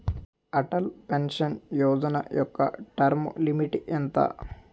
Atal pension Yojana యెక్క term limit ఎంత?